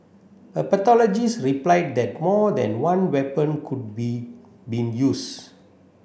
the pathologist replied that more than one weapon could be been used